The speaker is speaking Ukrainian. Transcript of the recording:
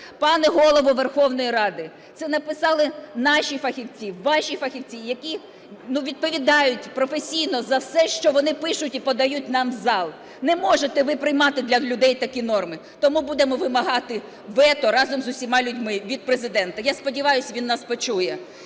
Пане Голово Верховної Ради, це написали наші фахівці, ваші фахівці, які відповідають професійно за все, що вони пишуть і подають нам в зал. Не можете ви приймати для людей такі норми, тому будемо вимагати вето разом з усіма людьми від Президента. Я сподіваюся, він нас почує.